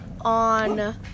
on